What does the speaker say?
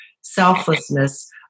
selflessness